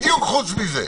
בדיוק חוץ מזה.